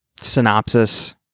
synopsis